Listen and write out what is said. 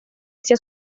sia